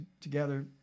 together